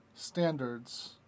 standards